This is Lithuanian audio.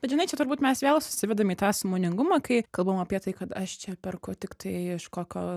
bet žinai čia turbūt mes vėl susivedam į tą sąmoningumą kai kalbam apie tai kad aš čia perku tik tai iš kokio